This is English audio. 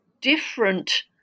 different